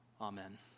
Amen